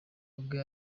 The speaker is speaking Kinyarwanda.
ubwe